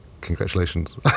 congratulations